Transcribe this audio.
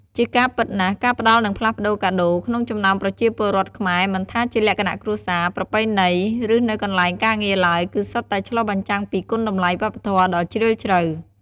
ជាការពិតណាស់ ការផ្តល់និងផ្លាស់ប្ដូរកាដូរក្នុងចំណោមប្រជាពលរដ្ឋខ្មែរ មិនថាជាលក្ខណៈគ្រួសារ ប្រពៃណី ឬនៅកន្លែងការងារឡើយ គឺសុទ្ធតែឆ្លុះបញ្ចាំងពី គុណតម្លៃវប្បធម៌ដ៏ជ្រាលជ្រៅ។